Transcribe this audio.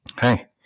hey